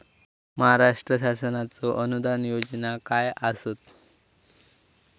महाराष्ट्र शासनाचो अनुदान योजना काय आसत?